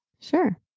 Sure